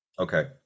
Okay